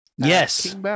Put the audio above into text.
yes